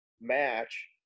match